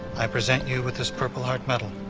i present you with this purple heart medal.